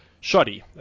shoddy